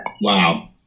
Wow